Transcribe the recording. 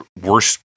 worse